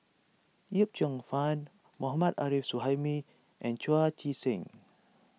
Yip Cheong Fun Mohammad Arif Suhaimi and Chu Chee Seng